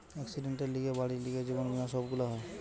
একসিডেন্টের লিগে, বাড়ির লিগে, জীবন বীমা সব গুলা হয়